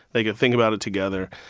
they could think about it together.